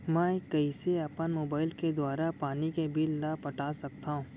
मैं कइसे अपन मोबाइल के दुवारा पानी के बिल ल पटा सकथव?